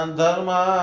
dharma